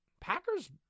Packers